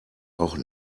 auch